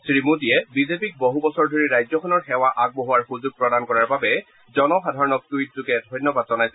শ্ৰীমোদীয়ে বিজেপিক বহু বছৰ ধৰি ৰাজ্যখনৰ সেৱা আগবঢ়োৱাৰ সুযোগ প্ৰদান কৰাৰ বাবে জনসাধাৰণক টুইটযোগে ধন্যবাদ জনাইছে